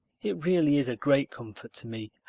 it really is a great comfort to me.